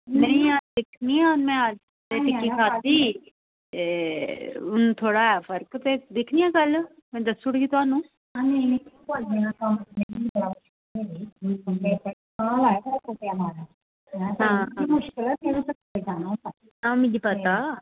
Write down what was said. नेईं हून में टिक्की खाद्धी ते हून थोह्ड़ा ऐ फर्क ते दिक्खनी आं भी कल्ल दस्सी ओड़गी थुहानू आं मिगी पता